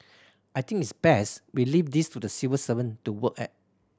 I think it's best we leave this to the civil servant to work at